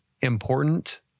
important